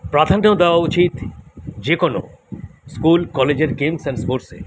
প্রাধান্য দেওয়া উচিত যে কোনো স্কুল কলেজের গেমস অ্যান্ড স্পোর্টসে